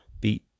beat